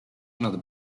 nad